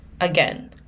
Again